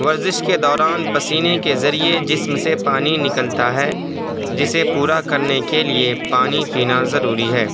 ورزش کے دوران پسینے کے ذریعے جسم سے پانی نکلتا ہے جسے پورا کرنے کے لیے پانی پینا ضروری ہے